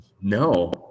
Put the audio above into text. No